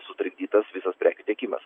sutrikdytas visas prekių tiekimas